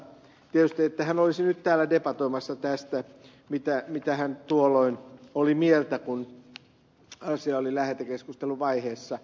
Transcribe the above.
zyskowicz olisi nyt täällä debatoimassa tästä mitä hän tuolloin oli mieltä kun asia oli lähetekeskusteluvaiheessa